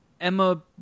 Emma